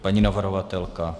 Paní navrhovatelka?